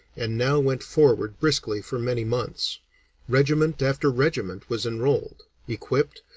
and now went forward briskly for many months regiment after regiment was enrolled, equipped,